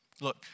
Look